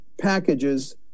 packages